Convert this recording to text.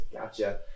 gotcha